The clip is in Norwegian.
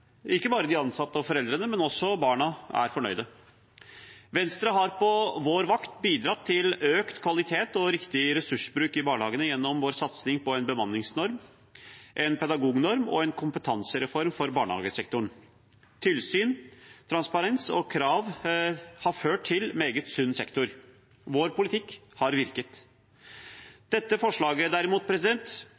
Venstre har på vår vakt bidratt til økt kvalitet og riktig ressursbruk i barnehagene gjennom vår satsing på en bemanningsnorm, en pedagognorm og en kompetansereform for barnehagesektoren. Tilsyn, transparens og krav har ført til en meget sunn sektor. Vår politikk har virket. Dette forslaget er derimot